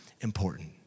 important